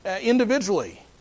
individually